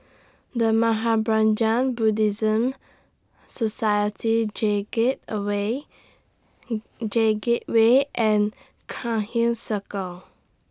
The Mahaprajna Buddhist Society J Gate away J Gateway and Cairnhill Circle